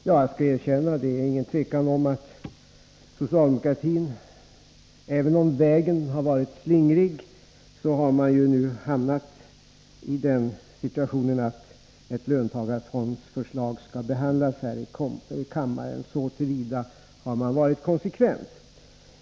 Jag skall erkänna att det inte är något tvivel om att socialdemokratin, även om vägen har varit slingrig, nu har hamnat i den situationen att ett löntagarfondsförslag skall behandlas här i kammaren. Så till vida har man varit konsekvent.